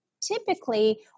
typically